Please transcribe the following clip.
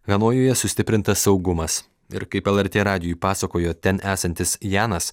hanojuje sustiprintas saugumas ir kaip lrt radijui pasakojo ten esantis janas